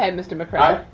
um mr. mccray.